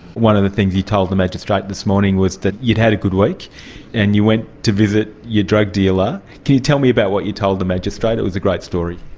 one of the things you told the magistrate this morning was that you'd had a good week and you went to visit your drug dealer. can you tell me about what you told the magistrate? it was a great story.